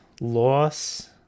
loss